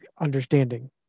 understanding